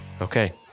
okay